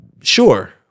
sure